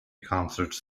concerts